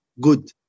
Good